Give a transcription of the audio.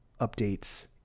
updates